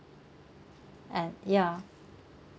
and ya